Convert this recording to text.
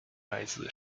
来自